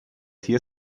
sia